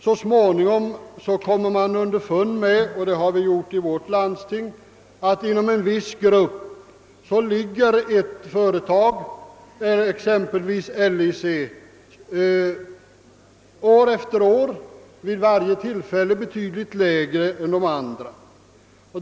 Så småningom kommer man underfund med — det har vi gjort i vårt landsting — att inom en viss varugrupp ligger offerterna från ett företag, exempelvis LIC, år efter år vid varje tillfälle betydligt lägre än övriga.